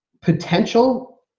potential